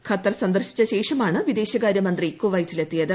Qatar സന്ദർശിച്ച ശേഷമാണ് വിദേശകാര്യ മന്ത്രി കുറ്റെറ്റിലെത്തിയത്